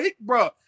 Bro